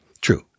True